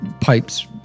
pipes